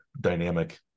dynamic